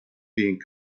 being